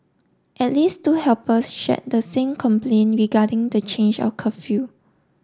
at least two helpers shared the same complain regarding the change of curfew